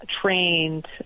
trained